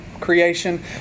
creation